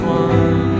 one